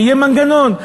שיהיה מנגנון,